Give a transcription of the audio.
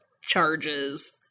charges